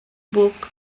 book